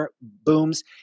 booms